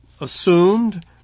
assumed